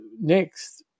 next